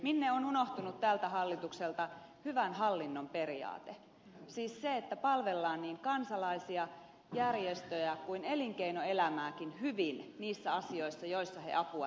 minne on unohtunut tältä hallitukselta hyvän hallinnon periaate siis se että palvellaan niin kansalaisia järjestöjä kuin elinkeinoelämääkin hyvin niissä asioissa joissa he apua tarvitsevat